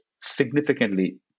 significantly